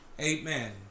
Amen